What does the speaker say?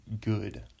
good